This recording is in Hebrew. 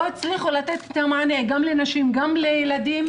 הצליחו לתת מענה גם לנשים וגם לילדים,